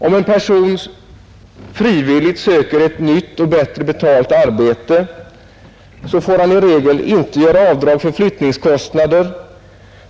Om en person frivilligt söker ett nytt och bättre betalt arbete får han i regel inte göra avdrag för flyttningskostnader,